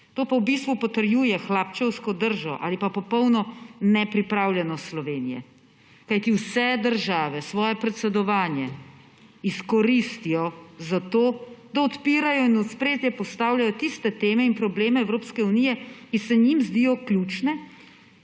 to pa v bistvu potrjuje hlapčevsko držo ali pa popolno nepripravljenost Slovenije. Kajti vse države svoje predsedovanje izkoristijo za to, da odpirajo in v ospredje postavljajo tiste teme in probleme Evropske unije, ki se njim zdijo ključni,